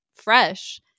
fresh